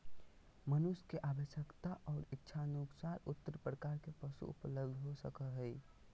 मनुष्य के आवश्यकता और इच्छानुकूल उन्नत प्रकार के पशु उपलब्ध हो सको हइ